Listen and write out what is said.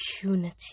opportunity